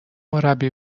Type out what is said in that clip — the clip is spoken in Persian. مربی